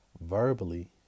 verbally